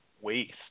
waste